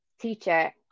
teacher